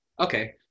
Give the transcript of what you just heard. Okay